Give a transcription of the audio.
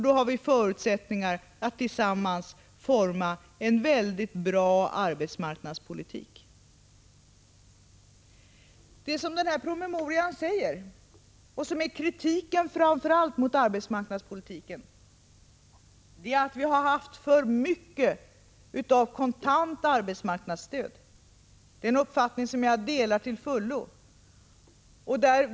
Då har vi förutsättningar att tillsammans forma en mycket bra arbetsmarknadspolitik. Det som promemorian framför allt kritiserar i arbetsmarknadspolitiken är att vi har haft för mycket av kontant arbetsmarknadsstöd. Det är en uppfattning som jag delar till fullo.